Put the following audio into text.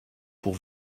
pour